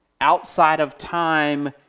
outside-of-time